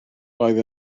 roedd